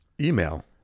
Email